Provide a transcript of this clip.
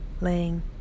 laying